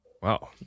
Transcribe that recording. Wow